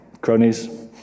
cronies